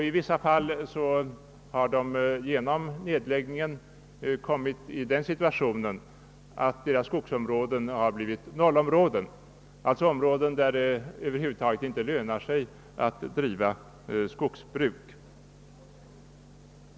I vissa fall har de genom nedläggningen kommit i den situationen, att deras skogsområden har blivit nollområden, alltså områden där det över huvud taget inte lönar sig att driva skogsbruk.